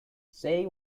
say